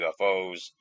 UFOs